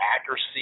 accuracy